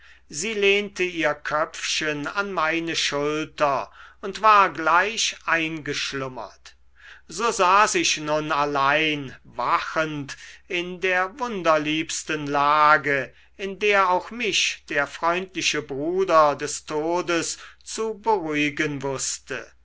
sie lehnte ihr köpfchen an meine schulter und war gleich eingeschlummert so saß ich nun allein wachend in der wunderliebsten lage in der auch mich der freundliche bruder des todes zu beruhigen wußte